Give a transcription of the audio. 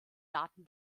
daten